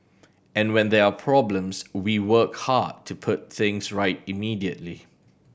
and when there are problems we work hard to put things right immediately